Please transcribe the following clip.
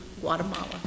guatemala